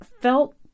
felt